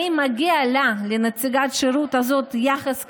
האם מגיע לה, לנציגת השירות הזאת, יחס כזה,